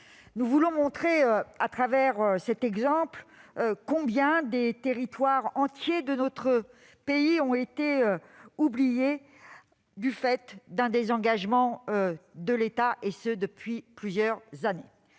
Nous voulons montrer, à travers cet exemple, combien des territoires entiers de notre pays ont été oubliés du fait d'un désengagement de l'État, et ce depuis plusieurs années.